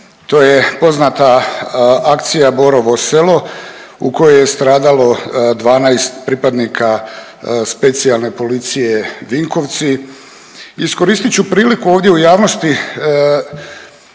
To je poznata akcija Borovo Selo u kojoj je stradalo 12 pripadnika Specijalne policije Vinkovci. Iskoristit ću priliku ovdje u javnosti